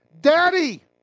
Daddy